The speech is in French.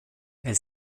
elle